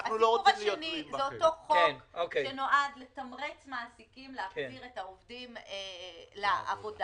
הסיפור השני הוא אותו חוק שנועד לתמרץ מעסיקים להחזיר עובדים לעבודה.